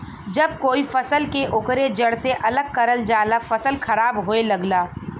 जब कोई फसल के ओकरे जड़ से अलग करल जाला फसल खराब होये लगला